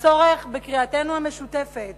הצורך בקריאתנו המשותפת